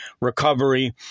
recovery